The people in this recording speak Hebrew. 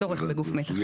הצורך בגוף מתכלל.